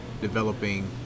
developing